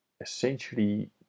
essentially